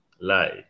lie